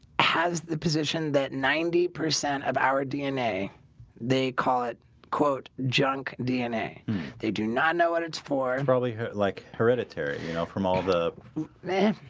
has the position that ninety percent of our dna they call it quote junk, dna they do not know what it's for and probably hurt like hereditary. you know from all the man